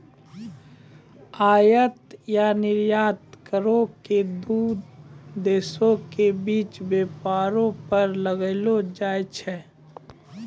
आयात या निर्यात करो के दू देशो के बीच व्यापारो पर लगैलो जाय छै